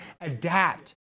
adapt